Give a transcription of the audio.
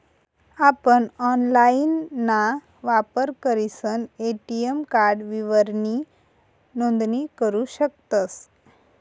आपण ऑनलाइनना वापर करीसन ए.टी.एम कार्ड विवरणनी नोंदणी करू शकतस